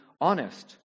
honest